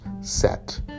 set